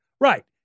Right